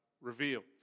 revealed